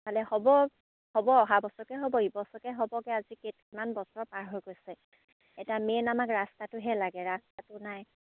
ইফালে হ'ব হ'ব অহা বছৰকে হ'ব ইবছৰকৈ হ'বকে আজি কেই কিমান বছৰ পাৰ হৈ গৈছে এতিয়া মেইন আমাক ৰাস্তাটোহে লাগে ৰাস্তাটো নাই